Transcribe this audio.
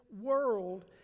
world